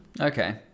Okay